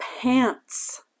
pants